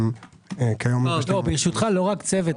לא רק צוות.